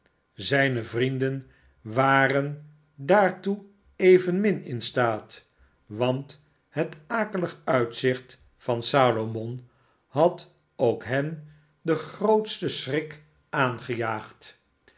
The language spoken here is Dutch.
zijne vrienden waren daartoe evenmin in staat want het akelig uitzicht van salomon had k hen den grootsten wat salomon daisy overkwam schrik aangejaagd